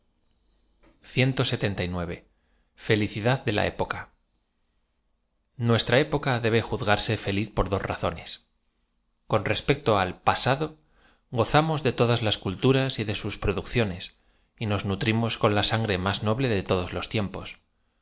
re elicidad de la época nuestra época debe juzgarse feliz por dos razones con respecto al pasado gozamos de todas las culturas y de bus producciones y nos nutrimos con la sangre más uoble de todos los tiempos